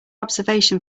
observation